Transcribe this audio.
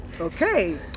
Okay